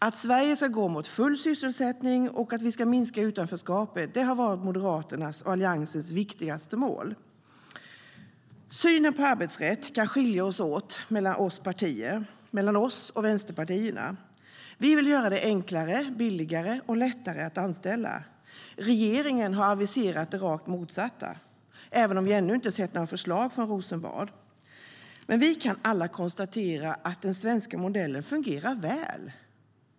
Att Sverige ska gå mot full sysselsättning och att vi ska minska utanförskapet har varit Moderaternas och Alliansens viktigaste mål. Synen på arbetsrätt kan skilja sig åt mellan oss och vänsterpartierna. Vi vill göra det enklare, billigare och lättare att anställa. Regeringen har aviserat det rakt motsatta, även om vi ännu inte sett några förslag från Rosenbad.Men vi kan alla konstatera att den svenska modellen fungerar väl.